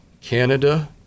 Canada